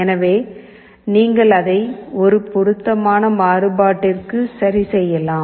எனவே நீங்கள் அதை ஒரு பொருத்தமான மாறுபாட்டிற்கு சரிசெய்யலாம்